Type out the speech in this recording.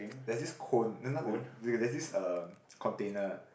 there's this cone not not the there's this uh container